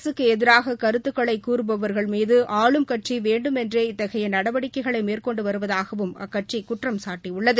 அரசுக்கு எதிராக கருத்துக்களை கூறபவா்கள் மீது ஆளும் கட்சி வேண்டுமென்றே இத்தகைய நடவடிக்கைகளை மேற்கொண்டு வருவதாகவும் அக்கட்சி குற்றம்சாட்டியுள்ளது